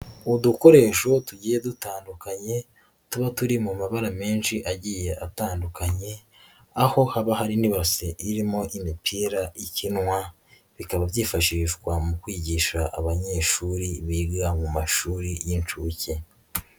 Udukoresho tugiye dutandukanye tuba turi mu mabara menshi agiye atandukanye, aho haba hari n'ibase irimo imipira ikinwa bikaba byifashishwa mu kwigisha abanyeshuri biga mu mashuri y'inshuke.